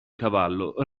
cavallo